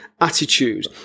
attitude